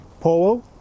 polo